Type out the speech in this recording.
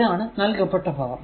ഇതാണ് നൽകപ്പെട്ട പവർ